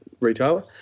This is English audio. retailer